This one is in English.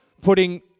Putting